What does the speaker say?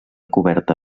coberta